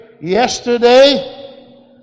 yesterday